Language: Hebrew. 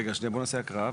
רגע, שנייה, בואו נעשה הקראה.